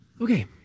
Okay